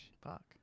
Fuck